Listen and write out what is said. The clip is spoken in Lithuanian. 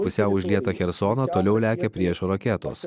pusiau užlieta chersono toliau lekia priešo raketos